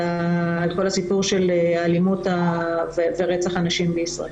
כל הסיפור של האלימות ורצח הנשים בישראל.